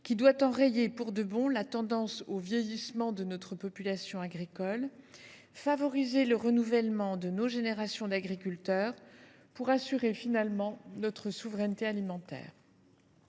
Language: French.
qui doit enrayer pour de bon la tendance au vieillissement de notre population agricole, favoriser le renouvellement de nos générations d’agriculteurs et assurer notre souveraineté alimentaire.